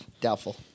Doubtful